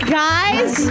guys